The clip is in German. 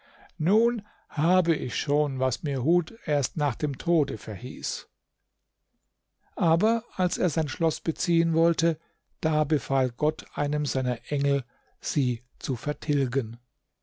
nun habe ich schon was mir hud erst nach dem tode verhieß aber als er sein schloß beziehen wollte da befahl gott einem seiner engel sie zu vertilgen